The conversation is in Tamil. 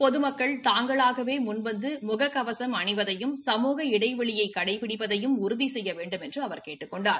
பொதுமக்கள் தாங்களாகவே முன்வந்து முக கவசம் அணிவதையும் சமூக இடைவெளியை கடைபிடிப்பதையும் உறுதி செய்ய வேண்டுமென்று அவர் கேட்டுக் கொண்டார்